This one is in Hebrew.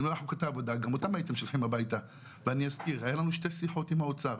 היו לנו שתי שיחות עם האוצר.